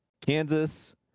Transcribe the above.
Kansas